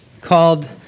called